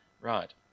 Right